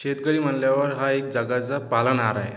शेतकरी म्हणल्यावर हा एक जगाचा पालनहार आहे